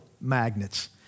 magnets